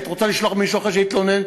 את רוצה לשלוח מישהו אחר שיתלונן?